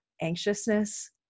anxiousness